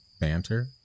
banter